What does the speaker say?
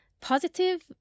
positive